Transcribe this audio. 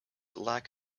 lack